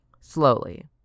Slowly